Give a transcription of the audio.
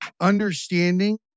Understanding